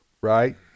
right